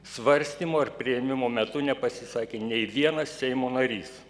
svarstymo ir priėmimo metu nepasisakė nei vienas seimo narys